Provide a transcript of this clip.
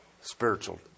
spiritual